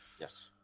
Yes